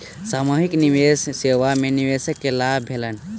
सामूहिक निवेश सेवा में निवेशक के लाभ भेलैन